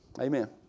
Amen